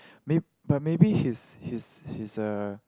may~ but maybe his his his uh